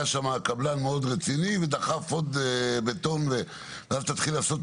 היה שם קבלן מאוד רציני ודחף עוד בטון ואז תתחיל לעשות בדיקה.